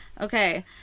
Okay